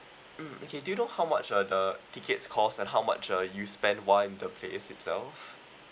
mm okay do you know how much uh the tickets cost and how much uh you spend while in the place itself